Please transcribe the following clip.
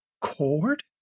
cord